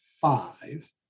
Five